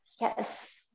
Yes